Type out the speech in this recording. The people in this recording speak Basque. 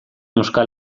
euskal